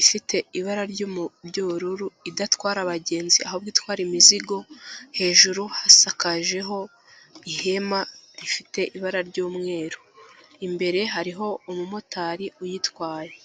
ifite ibara ry'ubururu idatwara abagenzi ahubwo itwara imizigo hejuru hasakajeho ihema rifite ibara ry'umweru imbere hariho umumotari uyitwaye.